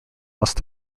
must